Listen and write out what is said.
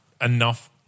enough